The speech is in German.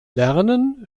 lernen